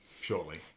shortly